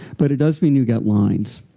but it does mean you get lines.